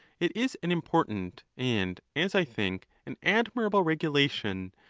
it is an important, and, as i think, an admirable regulation,